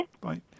Bye